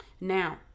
Now